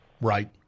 Right